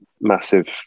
massive